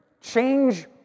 change